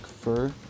fur